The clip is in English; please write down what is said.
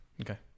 okay